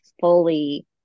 fully